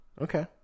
Okay